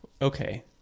Okay